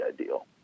ideal